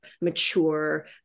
mature